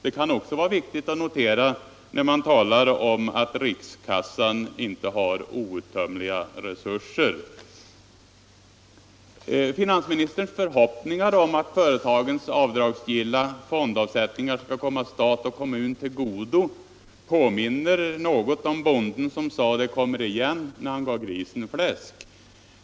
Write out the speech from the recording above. Det kan också vara viktigt att notera när man talar om att rikskassan inte är outtömlig. Finansministerns förhoppningar om att företagens avdragsgilla fondavsättningar skall komma stat och kommun till godo påminner om bonden som sade ”det kommer igen” när han gav grisen fläsk.